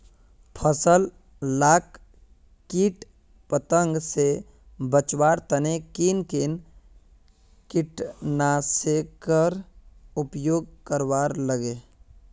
फसल लाक किट पतंग से बचवार तने किन किन कीटनाशकेर उपयोग करवार लगे?